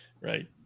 Right